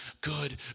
good